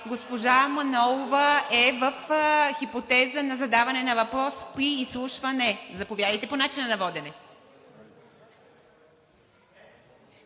Госпожа Манолова е в хипотеза на задаване на въпрос при изслушване. Заповядайте по начина на водене,